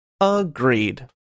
Agreed